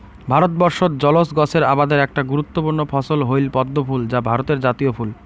ভারতবর্ষত জলজ গছের আবাদের একটা গুরুত্বপূর্ণ ফছল হইল পদ্মফুল যা ভারতের জাতীয় ফুল